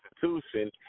Constitution